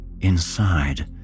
inside